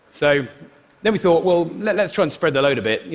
so then we thought well, let's try and spread the load a bit.